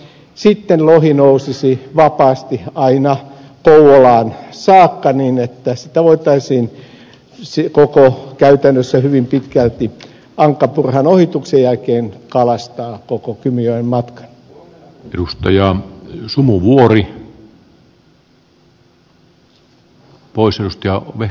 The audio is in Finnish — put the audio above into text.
sitten lohi nousisi vapaasti aina kouvolaan saakka niin että sitä voitaisiin käytännössä hyvin pitkälti ankkapurhan ohituksen jälkeen kalastaa koko kymijoen matkan